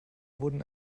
wurden